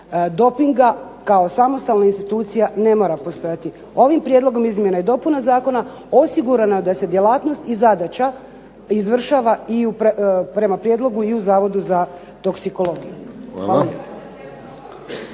dopinga kao samostalna institucija ne mora postojati. Ovim prijedlogom izmjena i dopuna zakona osigurano je da se djelatnost i zadaća izvršava i prema prijedlogu i u Zavodu za toksikologiju.